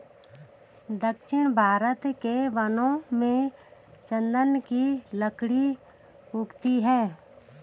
दक्षिण भारत के वनों में चन्दन की लकड़ी उगती है